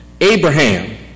Abraham